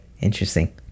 Interesting